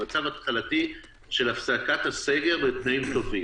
למצב התחלתי של הפסקת הסגר בתנאים טובים.